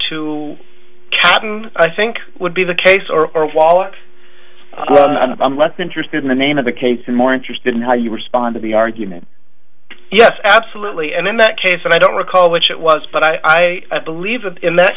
to captain i think would be the case or lot i'm less interested in the name of the case and more interested in how you respond to be argument yes absolutely and in that case i don't recall which it was but i believe in that